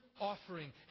offering